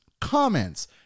comments